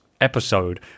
episode